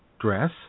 dress